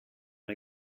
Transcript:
hay